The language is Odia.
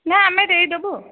ନା ଆମେ ଦେଇଦବୁ ଆଉ